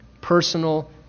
personal